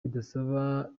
bidasaba